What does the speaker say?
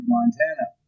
Montana